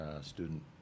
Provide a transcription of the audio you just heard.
student